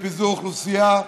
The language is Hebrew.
ובפיזור אוכלוסייה,